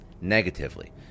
negatively